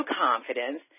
confidence